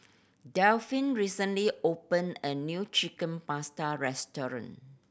Delphine recently opened a new Chicken Pasta restaurant